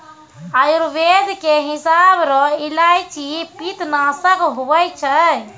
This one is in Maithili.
आयुर्वेद के हिसाब रो इलायची पित्तनासक हुवै छै